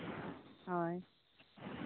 ᱦᱳᱭ